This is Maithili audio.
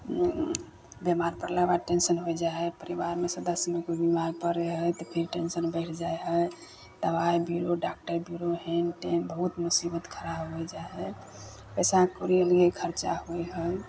बिमार पड़ला बाद टेन्शन हो जाइ हइ परिवारमे सदस्यमे कोइ बिमार पड़ै हइ तऽ फिर टेन्शन बढ़ि जाइ हइ दवाइ बीरो डॉक्टर बीरो हेम टेम बहुत मुसीबत खड़ा हो जाइ हइ पइसा कौड़ी अलगे खरचा होइ हइ